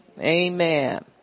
amen